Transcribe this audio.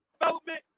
development